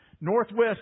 Northwest